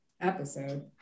episode